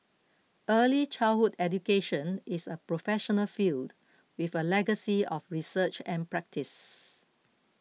early childhood education is a professional field with a legacy of research and practice